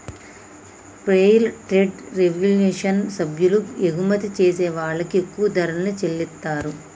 fair trade revolution సభ్యులు ఎగుమతి జేసే వాళ్ళకి ఎక్కువ ధరల్ని చెల్లిత్తారు